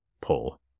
pull